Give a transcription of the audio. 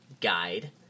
Guide